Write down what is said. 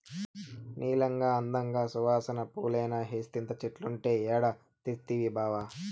నీలంగా, అందంగా, సువాసన పూలేనా హైసింత చెట్లంటే ఏడ తెస్తవి బావా